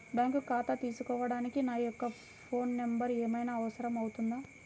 Bank ఖాతా తీసుకోవడానికి నా యొక్క ఫోన్ నెంబర్ ఏమైనా అవసరం అవుతుందా?